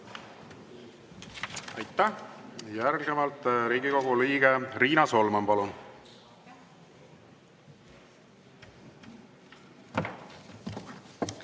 Aitäh! Järgnevalt Riigikogu liige Riina Solman, palun!